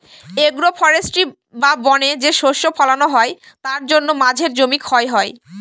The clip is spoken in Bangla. এগ্রো ফরেষ্ট্রী বা বনে যে শস্য ফলানো হয় তার জন্য মাঝের জমি ক্ষয় হয়